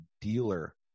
dealer